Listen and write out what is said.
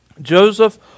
Joseph